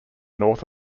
north